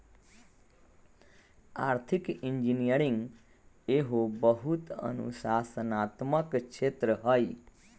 आर्थिक इंजीनियरिंग एहो बहु अनुशासनात्मक क्षेत्र हइ